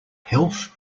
health